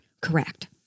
Correct